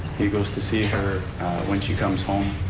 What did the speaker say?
he goes to see her when she comes home,